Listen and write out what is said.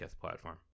platform